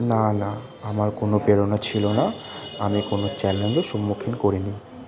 না না আমার কোনো প্রেরণা ছিল না আমি কোনো চ্যালেঞ্জের সম্মুখীন করিনি